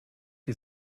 die